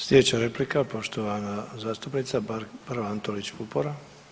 Slijedeća replika poštovana zastupnica Barbara Antolić Vupora.